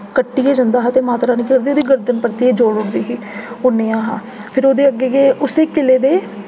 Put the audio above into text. कट्टियै जंदा हा ते माता रानी केह् करदी ही उदी गर्दन परतियै जोड़ू ओड़दी ही ओह् नेआ हा फिर उदे अग्गै के उस्सी किले दे